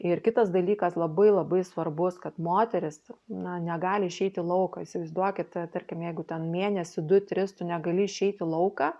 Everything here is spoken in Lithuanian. ir kitas dalykas labai labai svarbus kad moteris na negali išeit į lauką įsivaizduokit tarkim jeigu ten mėnesį du tris tu negali išeit į lauką